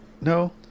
no